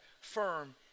firm